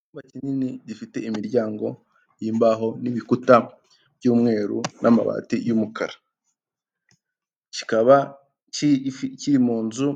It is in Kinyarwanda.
Icyumba kinini gifite imiryango y'imbaho n'ibikuta by'umweru n'amabati y'umukara, kikaba kiri mu nzu